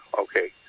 okay